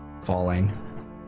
falling